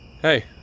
hey